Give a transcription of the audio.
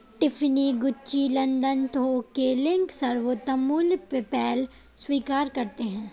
Tiffany, Gucci, London थोक के link, सर्वोत्तम मूल्य, पेपैल स्वीकार करते है